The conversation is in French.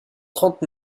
trente